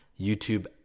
YouTube